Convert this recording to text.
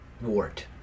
wart